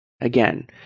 Again